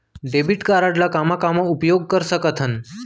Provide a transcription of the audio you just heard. Debit card ला कामा कामा उपयोग कर सकथन?